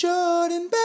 Jordan